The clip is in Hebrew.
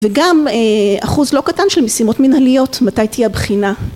וגם אחוז לא קטן של משימות מנהליות, מתי תהיה הבחינה.